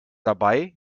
dabei